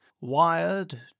wired